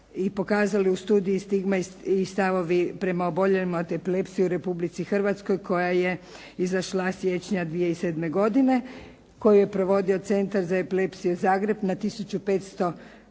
i pokazali u studiji stigma i stavovi prema oboljelima od epilepsije u Republici Hrvatskoj koja je izašla siječnja 2007. godine koju je provodio Centar za epilepsiju, Zagreb na 1500